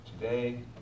today